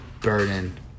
burden